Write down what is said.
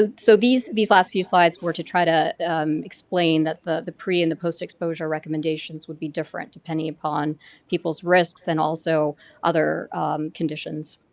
ah so, these these last few slides were to try to explain that the the pre and the post-exposure recommendations would be different depending upon people's risks and also other condition.